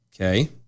okay